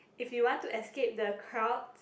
if you want to escape the crowds